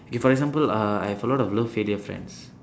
K for example uh I have a lot of love failure friends